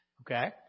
Okay